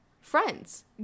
friends